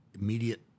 immediate